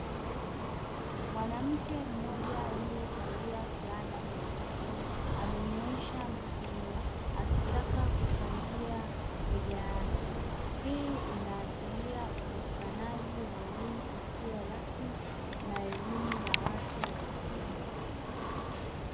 Mwanamke mmoja aliyevalia fulana nyeusi amenyoosha mkono akitaka kuchangia hoja yake. Hii inaashiria upatikanaji wa elimu isiyo rasmi na elimu ya watu wazima.